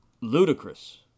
ludicrous